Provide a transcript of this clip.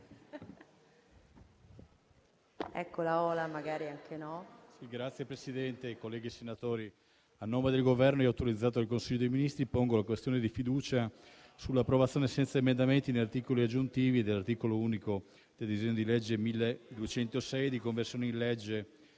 Signor Presidente, onorevoli senatori, a nome del Governo, autorizzato dal Consiglio dei ministri, pongo la questione di fiducia sull'approvazione, senza emendamenti né articoli aggiuntivi, dell'articolo unico del disegno di legge n. 1206, di conversione, con